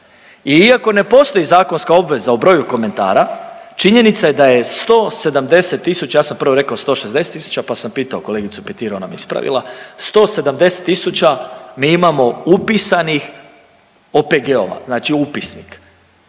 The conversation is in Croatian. iako ne postoji zakonska obveza o broju komentara činjenica je da je 170.000 ja sam prvo rekao 160.000 pa sam pitao kolegicu Petir ona me ispravila 170.000 mi imamo upisanih OPG-ova, znači upisnik.